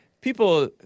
People